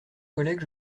collègues